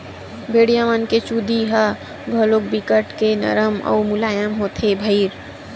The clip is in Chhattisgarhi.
भेड़िया मन के चूदी ह घलोक बिकट के नरम अउ मुलायम होथे भईर